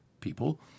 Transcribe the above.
people